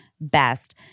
best